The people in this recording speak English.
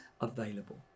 available